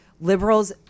liberals